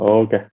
okay